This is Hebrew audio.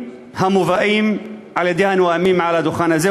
המובאים על-ידי הנואמים מעל הדוכן הזה,